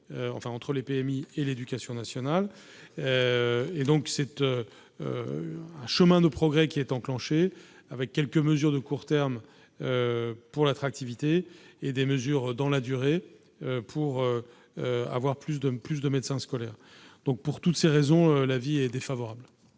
entre les PMI et l'éducation nationale et donc cette un chemin de progrès qui est enclenchée, avec quelques mesures de court terme pour l'attractivité et des mesures dans la durée pour avoir plus de plus de médecins scolaires, donc pour toutes ces raisons, l'avis est défavorable.